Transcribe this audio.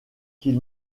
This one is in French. qu’il